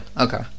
Okay